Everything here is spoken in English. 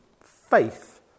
faith